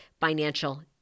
financial